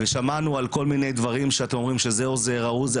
ושמענו על כל מיני שדברים שאומרים שזה עוזר וההוא עוזר,